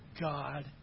God